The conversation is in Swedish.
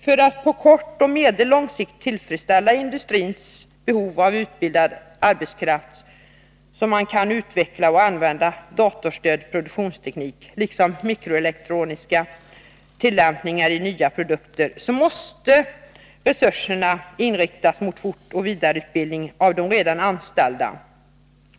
För att på kort och medellång sikt tillfredsställa industrins behov av utbildad arbetskraft, som kan utveckla och använda datorstödd produktionsteknik, liksom mikroelektroniska tillämpningar i nya produkter måste resurserna inriktas mot fortoch vidareutbildning av de redan anställda.